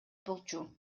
болчу